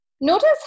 Notice